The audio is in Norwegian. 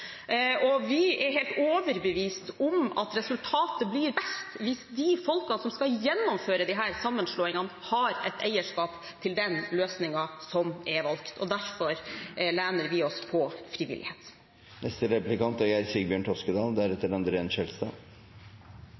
vært. Vi er helt overbevist om at resultatet blir best hvis de folkene som skal gjennomføre disse sammenslåingene, har et eierskap til den løsningen som er valgt. Derfor lener vi oss på frivillighet.